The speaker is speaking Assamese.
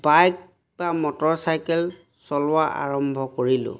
বাইক বা মটৰচাইকেল চলোৱা আৰম্ভ কৰিলোঁ